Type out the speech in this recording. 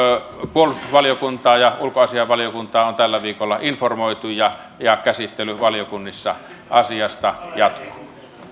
puolustusvaliokuntaa ja ulkoasiainvaliokuntaa on tällä viikolla informoitu ja ja käsittely valiokunnissa asiasta jatkuu